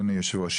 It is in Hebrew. אדוני היושב-ראש,